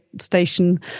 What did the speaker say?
station